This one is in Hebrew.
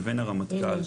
לבין הרמטכ"ל,